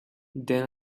then